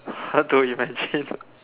how to imagine